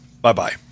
Bye-bye